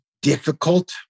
difficult